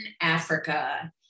Africa